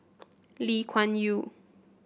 Lee Kuan Yew